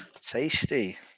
tasty